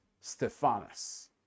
Stephanus